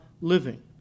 living